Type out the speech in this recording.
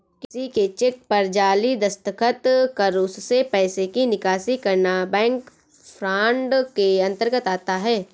किसी के चेक पर जाली दस्तखत कर उससे पैसे की निकासी करना बैंक फ्रॉड के अंतर्गत आता है